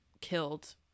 killed